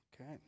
Okay